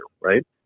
right